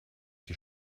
die